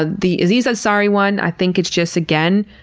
ah the aziz ansari one, i think it's just, again,